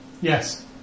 Yes